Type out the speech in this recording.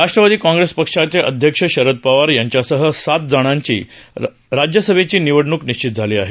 Rashtrawadi Congress पक्षाचे अध्यक्ष शरद पवार यांच्यासह सात जणांची राज्यसभेची निवड निश्चित झाली आहे